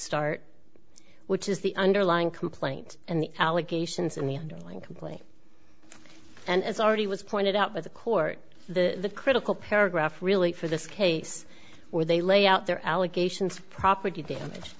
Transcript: start which is the underlying complaint and the allegations and the underlying complaint and it's already was pointed out by the court the critical paragraph really for this case where they lay out their allegations of property damage